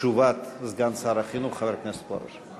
תשובת סגן שר החינוך חבר הכנסת פרוש.